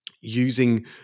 using